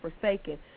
forsaken